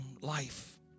life